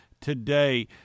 today